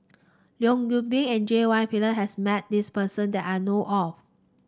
Leong Yoon Pin and J Y Pillay has met this person that I know of